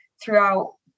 throughout